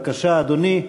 בבקשה, אדוני.